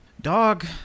Dog